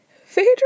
Phaedra